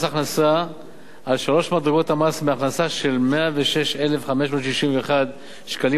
ההכנסה על שלוש מדרגות המס מהכנסה של 106,561 שקלים